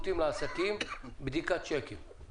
הצ'ק הממוחשב כבר הועבר לבנק המקורי,